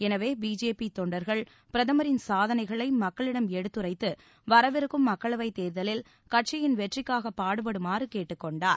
எனவே பிஜேபி தொண்டர்கள் பிரதமரின் சாதனைகளை மக்களிடம் எடுத்துரைத்து வரவிருக்கும் மக்களவைத் தேர்தலில் கட்சியின் வெற்றிக்காக பாடுபடுமாறு கேட்டுக் கொண்டார்